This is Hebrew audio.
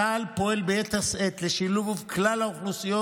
צה"ל פועל ביתר שאת לשילוב כלל האוכלוסיות